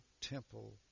temple